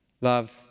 Love